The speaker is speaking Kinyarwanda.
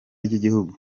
ry’igihugu